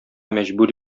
мәҗбүр